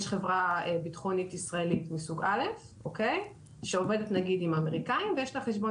יש חברה בטחונית ישראלית מסוג א' שעובדת עם האמריקאים ויש לה חשבון